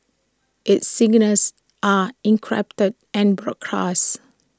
its signals are encrypted and broadcast